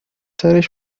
سرش